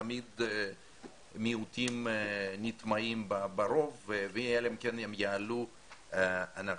תמיד מיעוטים נטמעים ברוב ואלא אם כן הם יכלו אנחנו